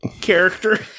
character